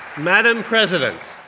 madam president,